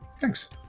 Thanks